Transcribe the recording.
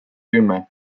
kümme